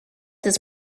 his